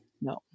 No